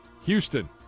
Houston